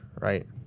right